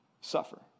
suffer